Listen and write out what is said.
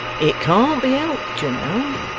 it can't be helped you know.